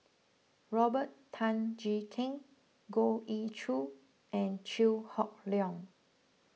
Robert Tan Jee Keng Goh Ee Choo and Chew Hock Leong